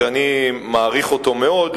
שאני מעריך אותו מאוד,